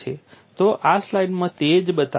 તો આ સ્લાઇડમાં તે જ બતાવવામાં આવ્યું છે